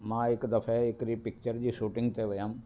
मां हिकु दफ़े हिकिड़ी पिक्चर जी शूंटिग ते वियुमि